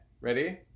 Ready